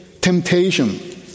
temptation